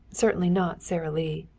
certainly not sara lee.